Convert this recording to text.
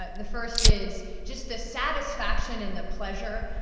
ah the first is, just the satisfaction and the pleasure,